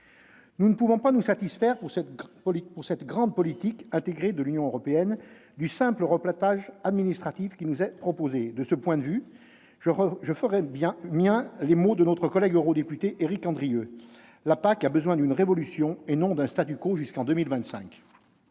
Nous ne pouvons pas nous satisfaire, pour cette grande politique intégrée de l'Union européenne, du simple replâtrage administratif qui nous est proposé. De ce point de vue, je ferai miens les mots de notre collègue eurodéputé Éric Andrieu :« La PAC a besoin d'une révolution et non d'un jusqu'en 2025.